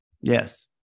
Yes